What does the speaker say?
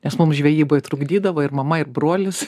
nes mum žvejybai trukdydavo ir mama ir brolis